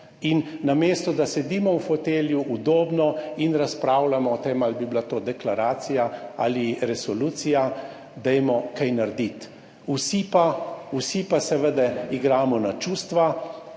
in namesto, da sedimo v fotelju, udobno in razpravljamo o tem ali bi bila to deklaracija ali resolucija, dajmo kaj narediti, vsi pa, vsi pa seveda igramo na čustva.